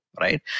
Right